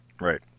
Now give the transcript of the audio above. Right